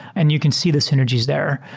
and you can see the synergies there.